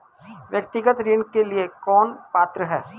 व्यक्तिगत ऋण के लिए कौन पात्र है?